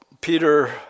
Peter